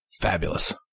Fabulous